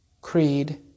Creed